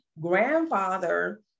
grandfather